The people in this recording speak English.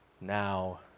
now